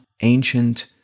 ancient